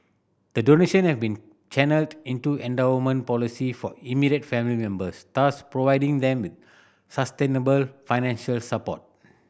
the donation have been channelled into endowment policy for immediate family members thus providing them with sustainable financial support